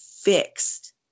fixed